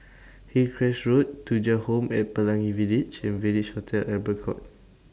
Hillcrest Road Thuja Home At Pelangi Village and Village Hotel Albert Court